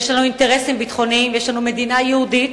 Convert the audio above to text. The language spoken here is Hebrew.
יש לנו אינטרסים ביטחוניים ויש לנו מדינה יהודית,